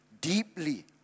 deeply